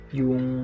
yung